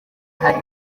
hari